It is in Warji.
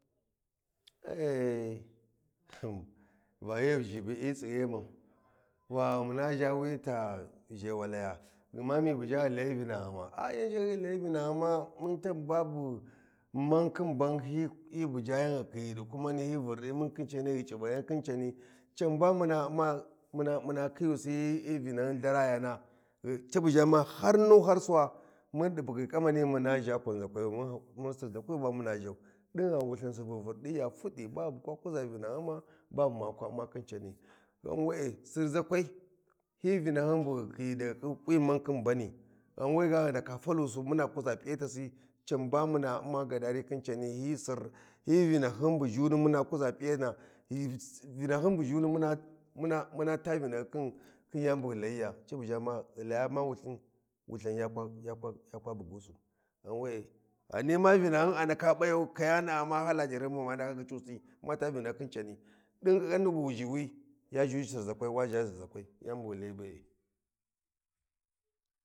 Eh eh toh hyi Va hyi tsighimun muna ʒha wiyi ta ʒhewalaya gma mi bu ʒha ghi Layi Vina ghuma, ah yau ʒhahuyiyi ghi Layi vinaghuma, ah yan ʒhayiyi ghi Layivinaghuma mun ta ba bu man khin ban buja yan ghi khiyi ɗi kummani hyi Vurɗi mun khin cani ghi C’ivagan khin cani can ba muna Umma muna khiyusi hyi Vinahyin ltharayena ghi cabu ʒha ma har nunu har Suwa mun ɗi bughi ƙamani muna ʒha kwanʒakwayu mun mun Sirʒakwi ba muna ʒhau ɗin Wulthan Subu ghi vurɗi ya fuɗɗi ba bu kwa kuʒa vinaghima, ba bu ma kwa umma khin cani. Ghan we e Sirz’akwai hyi Vinahyin bu ghi khiyi daga kwi ban khin mani, gha we ga ghi ndaka falusu muna kuʒa piyataso can ba muna umma gadari khin ca ni hyi Sir, hyi Vinahyun bu ʒhuni muna kuʒa piyatina, Vinahyin bu ʒhumi muna muna ta Vinahyikhin khib yeni bu ghu Layiya, ca bu ʒha ma ghi laya ma Wulthin wulthan kwa bugusu, ghan we ghani ma Vinaghum a ndaka ɓayan kayana ma hala jarhyin bu ma ndaka gyicusi, ma ta Vinahyi khin cani ɗi ƙanni bu wu ʒhi wi ya ʒhu Sirʒakwai wa ʒha Sirʒakwai yani bu ghi Layi be’e.